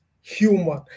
human